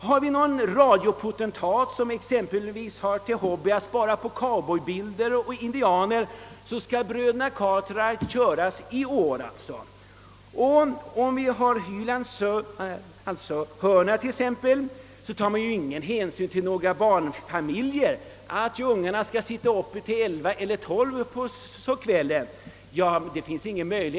Har vi en TV potentat, som exempelvis har till hobby att spara på bilder av cowboys och indianer, blir det bröderna Cartwright som körs i TV. När det gäller Hylands hörna tar man exempelvis inte hänsyn till barnfamiljerna. Barnen måste sitta uppe till mellan kl. 11 och 12 på lördagskvällen för att kunna se detta program.